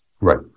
Right